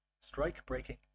Strike-breaking